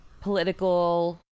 political